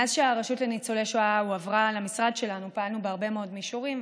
מאז שהרשות לניצולי שואה הועברה למשרד שלנו פעלנו בהרבה מאוד מישורים,